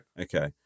Okay